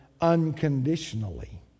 unconditionally